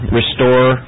restore